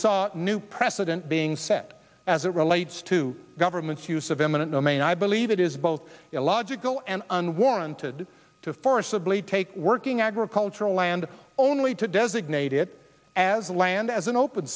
a new precedent being set as it relates to government's use of eminent domain i believe it is both illogical and unwarranted to forcibly take working agricultural land only to designate it as a land as an open